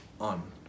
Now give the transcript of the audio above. on